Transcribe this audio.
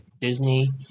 Disney